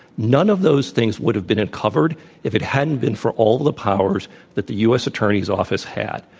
none of those things would have been uncovered if it hadn't been for all the powers that the u. s. attorney's office had.